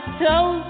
toes